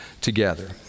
together